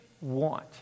want